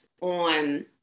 on